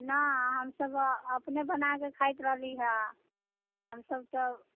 नहि हमसब अपने बनाकऽ खाइत रहली हऽ हमसब तऽ